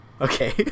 okay